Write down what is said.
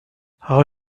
how